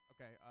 Okay